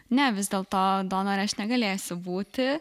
ne vis dėl to donore aš negalėsiu būti